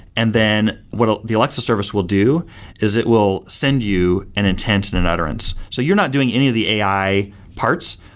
and then what ah the alexa service will do is it will send you an intent and an utterance. so you're not doing any of the ai parts,